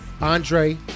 Andre